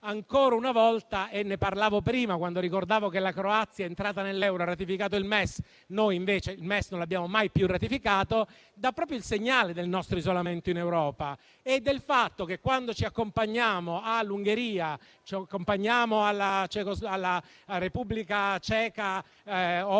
ancora una volta dà un segnale. Ne parlavo prima, quando ricordavo che la Croazia è entrata nell'euro e ha ratificato il MES, mentre noi il MES non l'abbiamo ancora ratificato. Ciò dà proprio il segnale del nostro isolamento in Europa e del fatto che, quando ci si accompagna all'Ungheria, alla Repubblica Ceca o